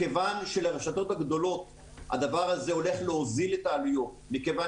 לרשתות הגדולות הדבר הזה הולך להוזיל את העלויות מכיוון